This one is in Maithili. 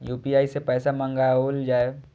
यू.पी.आई सै पैसा मंगाउल जाय?